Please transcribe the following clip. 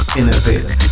innovator